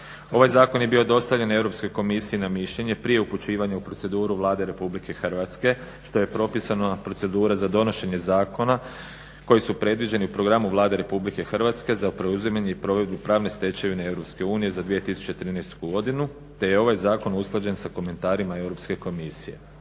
Ovaj zakon je bio dostavljen Europskoj komisiji na mišljenje prije upućivanja u proceduru Vlade RH što je propisana procedura za donošenje zakona koji su predviđeni u programu Vlade RH za preuzimanje i provedbu pravne stečevine EU za 2013. godinu te je ovaj zakon usklađen sa komentarima Europske komisije.